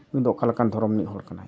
ᱱᱩᱭ ᱫᱚ ᱚᱠᱟ ᱞᱮᱠᱟᱱ ᱫᱷᱚᱨᱚᱢ ᱨᱤᱱᱤᱡ ᱦᱚᱲ ᱠᱟᱱᱟᱭ